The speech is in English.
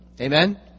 Amen